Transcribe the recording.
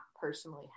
personally